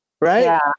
right